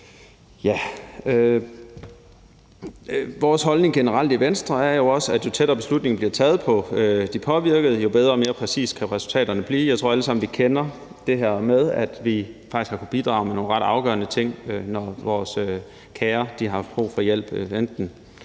Vores holdning i Venstre er generelt, at jo tættere beslutningen bliver taget på de pårørende, jo bedre og mere præcise kan resultaterne blive. Jeg tror, at vi alle sammen kender det her med, at vi faktisk har kunnet bidrage med nogle ret afgørende ting, når vores kære har haft brug for hjælp,